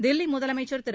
தில்லி முதலமைச்சர் திரு